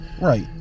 Right